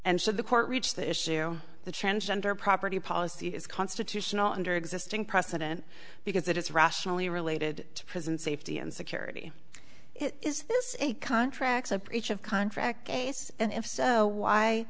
and so the court reached the issue the transgender property policy is constitutional under existing precedent because it is rationally related to prison safety and security is this it contracts a breach of contract case and if so why